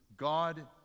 God